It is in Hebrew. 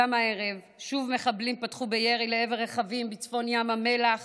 גם הערב מחבלים פתחו בירי לעבר רכבים בצפון ים המלח